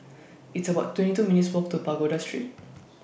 It's about twenty two minutes' Walk to Pagoda Street